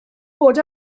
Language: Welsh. bod